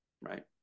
right